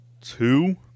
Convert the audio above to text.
two